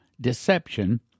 deception